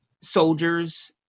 soldiers